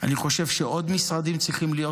אני חושב שעוד משרדים צריכים להיות